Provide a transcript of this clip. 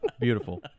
beautiful